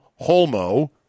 Holmo